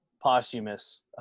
posthumous